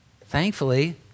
Thankfully